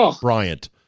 Bryant